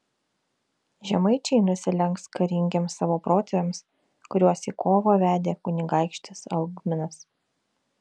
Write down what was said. žemaičiai nusilenks karingiems savo protėviams kuriuos į kovą vedė kunigaikštis algminas